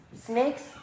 snakes